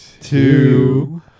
two